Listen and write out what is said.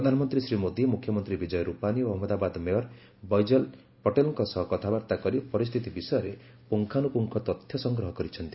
ପ୍ରଧାନମନ୍ତ୍ରୀ ଶ୍ରୀ ମୋଦୀ ମୁଖ୍ୟମନ୍ତ୍ରୀ ବିଜୟ ରୁପାନୀ ଓ ଅହମ୍ମଦାବାଦ ମେୟର ବୈଜଳ ପଟେଲଙ୍କ ସହ କଥାବାର୍ତ୍ତା କରି ପରିସ୍ଥିତି ବିଷୟରେ ପୁଙ୍ଗାନୁପୁଙ୍ଗ ତଥ୍ୟ ସଂଗ୍ରହ କରିଛନ୍ତି